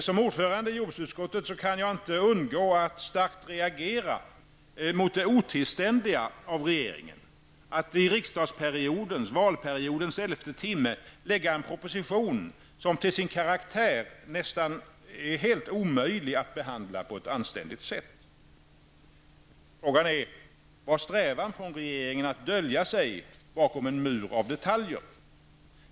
Som utskottsordförande kan jag inte undå att starkt reagera mot det otillständiga av regeringen, att i riksdagsperiodens och valperiodens elfte timme lägga fram en proposition som till sin karaktär nästan är helt omöjlig att behandla på ett anständigt sätt. Var strävan från regeringen att dölja sig bakom en mur av detaljer?